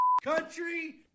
Country